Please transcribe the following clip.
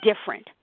different